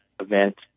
event